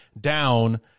down